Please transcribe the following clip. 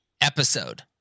episode